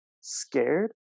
scared